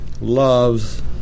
loves